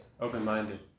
Open-minded